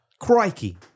Crikey